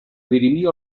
dirimir